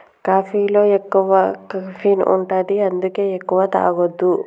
కాఫీలో ఎక్కువ కెఫీన్ ఉంటది అందుకే ఎక్కువ తాగొద్దు